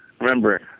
Remember